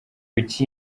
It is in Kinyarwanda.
kuki